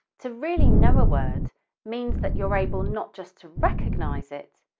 to really know a word means that you're able not just to recognize it,